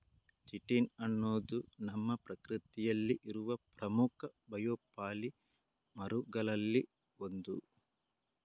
chitin ಅನ್ನುದು ನಮ್ಮ ಪ್ರಕೃತಿಯಲ್ಲಿ ಇರುವ ಪ್ರಮುಖ ಬಯೋಪಾಲಿಮರುಗಳಲ್ಲಿ ಒಂದು